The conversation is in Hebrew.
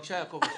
בבקשה יעקב.